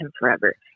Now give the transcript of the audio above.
forever